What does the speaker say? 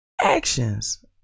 actions